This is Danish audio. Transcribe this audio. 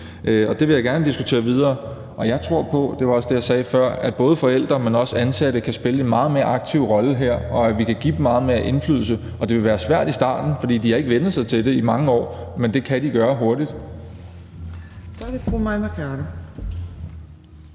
og det vil jeg gerne diskutere videre. Jeg tror på, og det var også det, jeg sagde før, at både forældre og ansatte kan spille en meget mere aktiv rolle her, og at vi kan give dem meget mere indflydelse. Det vil være svært i starten, fordi de ikke har vænnet sig til det i mange år, men det kan de gøre hurtigt. Kl. 15:23 Fjerde